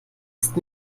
ist